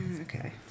Okay